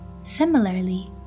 Similarly